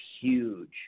huge